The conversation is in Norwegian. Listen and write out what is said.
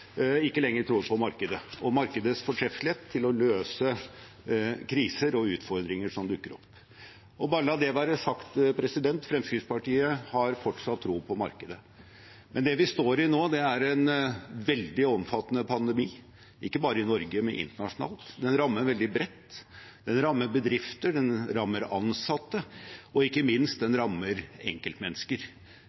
ikke lenger tror på markedet og markedets fortreffelighet til å løse kriser og utfordringer som dukker opp. Bare la det være sagt: Fremskrittspartiet har fortsatt troen på markedet, men det vi står i nå, er en veldig omfattende pandemi – ikke bare i Norge, men internasjonalt. Den rammer veldig bredt. Den rammer bedrifter, den rammer ansatte, og ikke minst rammer den enkeltmennesker.